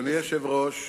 אדוני היושב-ראש,